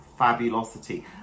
fabulosity